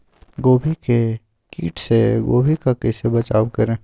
गोभी के किट से गोभी का कैसे बचाव करें?